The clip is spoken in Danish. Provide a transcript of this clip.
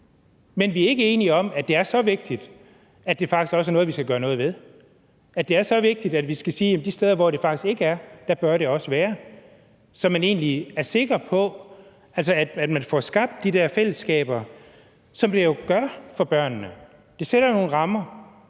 Men vi er ikke enige om, at det er så vigtigt, at det faktisk også er noget, vi skal gøre noget ved; at det er så vigtigt, at vi skal sige, at de steder, hvor det faktisk ikke er, bør det også være, så man er sikker på, at man får skabt de der fællesskaber, som det jo skaber for børnene. Det sætter nogle rammer.